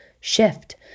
shift